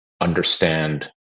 understand